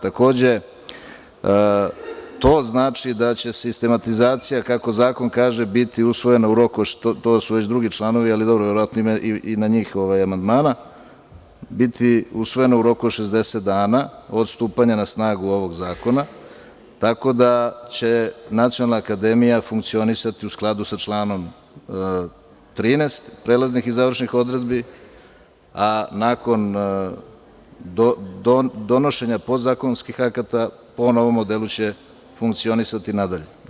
Takođe, to znači da će sistematizacija, kako zakon kaže, biti usvojena u roku, to su već drugi članovi, ali dobro verovatno i na njih ima amandmana, biti usvojeni u roku od 60 dana od stupanja na snagu ovog zakona, tako da će Nacionalna akademija funkcionisati u skladu sa članom 13. prelaznih i završnih odredbi, a nakon donošenja podzakonskih akata po novom modelu će funkcionisati nadalje.